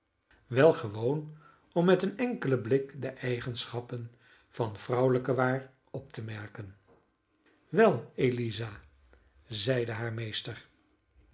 wel gewoon om met een enkelen blik de eigenschappen van vrouwelijke waar op te merken wel eliza zeide haar meester